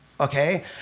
okay